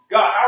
God